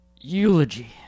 Eulogy